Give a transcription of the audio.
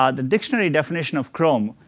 um the dictionary definition of chrome,